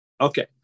Okay